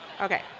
Okay